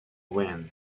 win